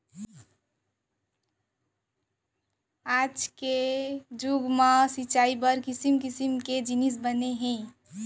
आज के जुग म सिंचई बर किसम किसम के जिनिस बने हे